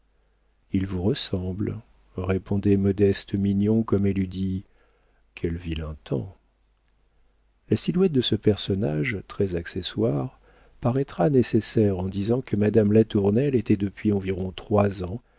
il vous ressemble répondait modeste mignon comme elle eût dit quel vilain temps la silhouette de ce personnage très accessoire paraîtra nécessaire en disant que madame latournelle était depuis environ trois ans